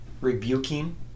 rebuking